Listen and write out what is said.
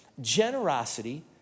generosity